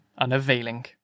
unavailing